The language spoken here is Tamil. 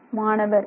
மாணவர் n